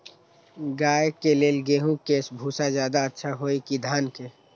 गाय के ले गेंहू के भूसा ज्यादा अच्छा होई की धान के?